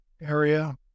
area